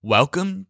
Welcome